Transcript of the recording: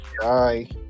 bye